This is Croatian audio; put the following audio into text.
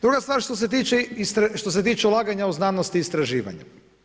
Druga stvar što se tiče ulaganja u znanost i istraživanje.